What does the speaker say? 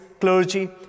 clergy